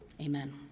Amen